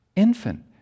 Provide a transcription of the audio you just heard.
infant